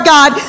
God